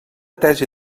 tesi